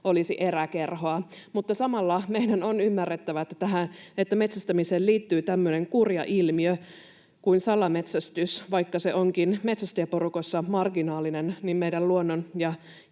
olisi eräkerhoa. Mutta samalla meidän on ymmärrettävä, että metsästämiseen liittyy tämmöinen kurja ilmiö kuin salametsästys. Vaikka se onkin metsästäjäporukoissa marginaalinen, niin meidän luonnon ja